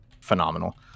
phenomenal